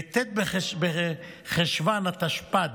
בט' בחשוון התשפ"ד,